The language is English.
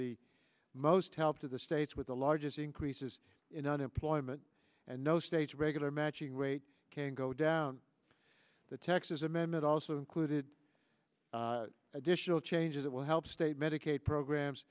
the most help to the states with the largest increases in unemployment and no states regular matching rate can go down the texas amendment also included additional changes that will help state medicaid programs